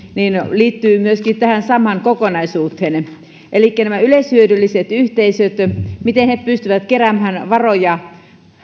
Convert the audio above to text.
liittyy tähän samaan kokonaisuuteen elikkä miten yleishyödylliset yhteisöt pystyvät keräämään varoja